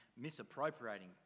misappropriating